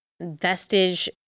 vestige